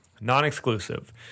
Non-exclusive